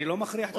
אני לא מכריח את,